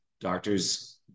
doctors